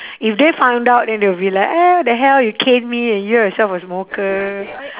if they found out then they'll be like eh what the hell you cane me and you yourself a smoker